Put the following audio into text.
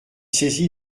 saisi